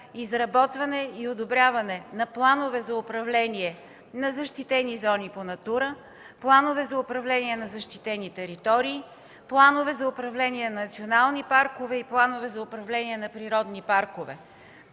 изработване и одобряване на планове за управление на защитени зони по „Натура”, планове за управление на защитени територии, планове за управление на национални паркове и планове за управление на природни паркове.